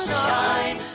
shine